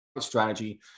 strategy